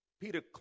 Peter